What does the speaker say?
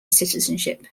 citizenship